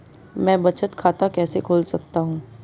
मैं बचत खाता कैसे खोल सकता हूँ?